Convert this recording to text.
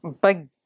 big